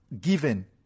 given